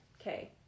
okay